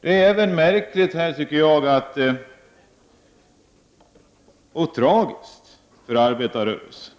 Det är märkligt och tragiskt för arbetarrörelsen